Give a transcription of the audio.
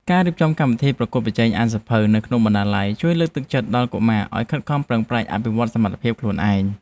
ការរៀបចំកម្មវិធីប្រកួតប្រជែងអានសៀវភៅនៅក្នុងបណ្ណាល័យជួយលើកទឹកចិត្តដល់កុមារឱ្យខិតខំប្រឹងប្រែងអភិវឌ្ឍសមត្ថភាពខ្លួនឯង។